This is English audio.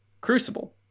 crucible